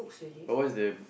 but what is the